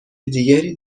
دیگری